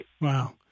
Wow